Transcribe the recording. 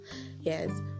yes